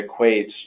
equates